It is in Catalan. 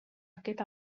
aquest